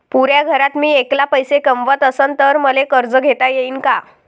पुऱ्या घरात मी ऐकला पैसे कमवत असन तर मले कर्ज घेता येईन का?